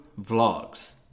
vlogs